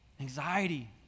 anxiety